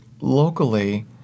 Locally